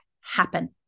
happen